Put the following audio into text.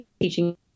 teaching